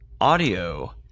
audio